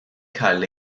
cael